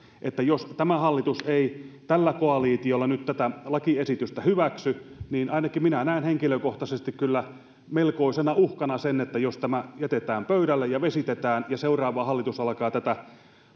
jos tämä hallitus ei tällä koalitiolla nyt tätä lakiesitystä hyväksy niin ainakin minä näen henkilökohtaisesti kyllä melkoisena uhkana sen että jos tämä jätetään pöydälle ja vesitetään ja seuraava hallitus alkaa tätä